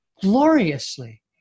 Gloriously